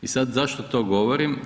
I sada zašto to govorim?